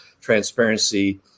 transparency